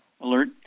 alert